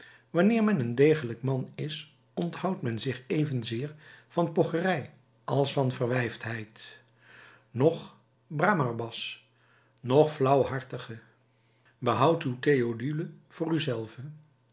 wanneer men een degelijk man is onthoudt men zich evenzeer van pocherij als van verwijfdheid noch bramarbas noch flauwhartige behoud uw theodule voor u